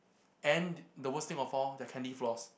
and the worst thing of all their candy floss